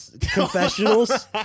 confessionals